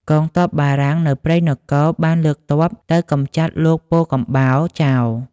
កងទ័ពបារាំងនៅព្រៃនគរបានលើកទ័ពទៅកម្ចាត់លោកពោធិកំបោរចោល។